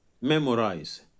Memorize